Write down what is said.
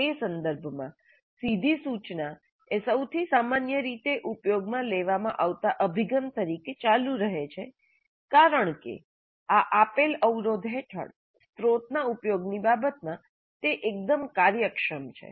તે સંદર્ભમાં સીધી સૂચના એ સૌથી સામાન્ય રીતે ઉપયોગમાં લેવામાં આવતા અભિગમ તરીકે ચાલુ રહે છે કારણ કે આ આપેલ અવરોધ હેઠળ સ્ત્રોતના ઉપયોગની બાબતમાં તે એકદમ કાર્યક્ષમ છે